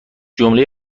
جمله